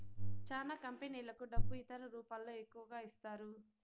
చానా కంపెనీలకు డబ్బు ఇతర రూపాల్లో ఎక్కువగా ఇస్తారు